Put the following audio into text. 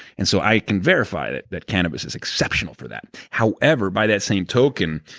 and so i can verify that that cannabis is exceptional for that, however, by that same token,